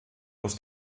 aus